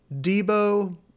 Debo